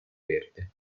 verde